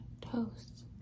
toast